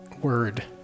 word